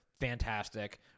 fantastic